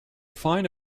find